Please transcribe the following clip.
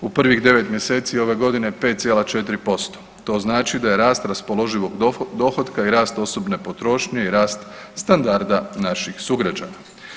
U prvih devet mjeseci ove godine 5,4%, to znači da je rast raspoloživog dohotka i rast osobne potrošnje i rast standarda naših sugrađana.